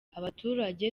abaturage